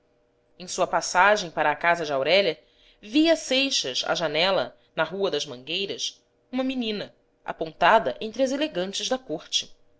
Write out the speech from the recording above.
em sua passagem para a casa de aurélia via seixas à janela na rua das mangueiras uma menina apontada entre as elegantes da corte